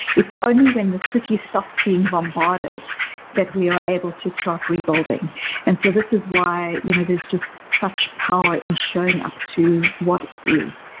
it's only when the city stops being bombarded that we are able to start rebuilding and so this is why you know there's just such power in showing up to what is,